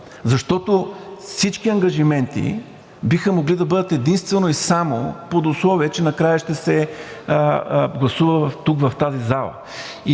Защото всички ангажименти биха могли да бъдат единствено и само под условие, че накрая ще се гласува тук, в тази зала.